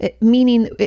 Meaning